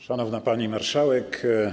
Szanowna Pani Marszałek!